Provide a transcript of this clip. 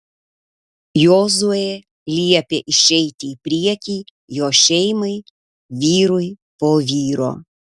jozuė liepė išeiti į priekį jo šeimai vyrui po vyro